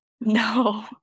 No